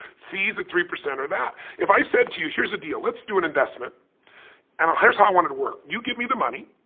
fees at three percent are that if i said to you, here's a deal. let's do an investment and here's how i want it to work. you give me the money.